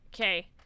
okay